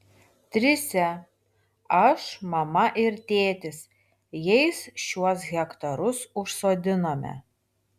trise aš mama ir tėtis jais šiuos hektarus užsodinome